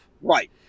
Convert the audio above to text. Right